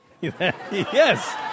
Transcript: Yes